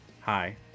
hi